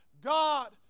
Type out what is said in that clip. God